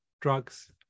drugs